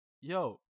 yo